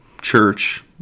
church